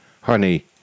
honey